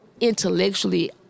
intellectually